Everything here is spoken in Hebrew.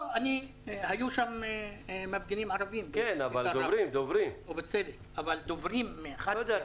היו שם גם מפגינים ערבים אבל דוברים לא היו.